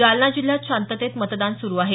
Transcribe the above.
जालना जिल्ह्यात शांततेत मतदान सुरु आहे